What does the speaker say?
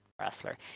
wrestler